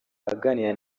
aganira